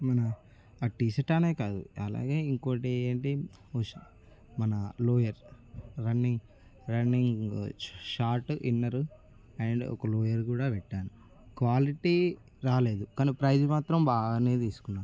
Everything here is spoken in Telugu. మన ఆ టీషర్ట్ అనే కాదు అలాగే ఇంకోటేంటి మన lower running running short inner and ఒక లోయర్ కూడా పెట్టాను క్వాలిటీ రాలేదు కానీ ప్రైజ్ మాత్రం బాగానే తీసుకున్నాడు